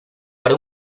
para